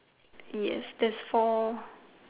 yes there's four